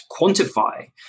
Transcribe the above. quantify